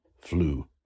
flu